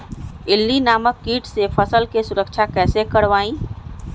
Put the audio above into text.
इल्ली नामक किट से फसल के सुरक्षा कैसे करवाईं?